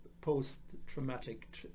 post-traumatic